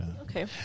Okay